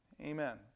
amen